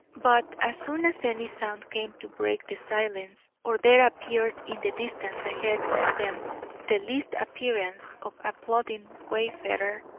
but as soon as any sound came to break the silence, or there appeared in the distance ahead of them the least appearance of a plodding wayfarer,